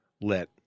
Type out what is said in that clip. let